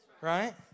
Right